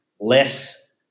less